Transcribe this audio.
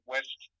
West